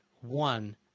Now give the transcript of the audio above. one